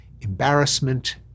embarrassment